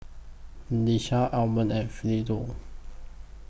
Ieshia Almon and Philo